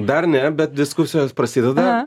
dar ne bet diskusijos prasideda